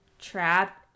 trap